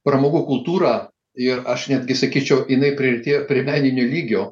pramogų kultūra ir aš netgi sakyčiau jinai priartėjo prie meninio lygio